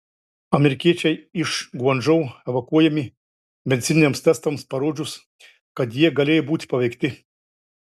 amerikiečiai iš guangdžou evakuojami medicininiams testams parodžius kad jie galėjo būti paveikti